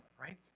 right